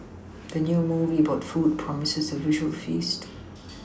the new movie about food promises a visual feast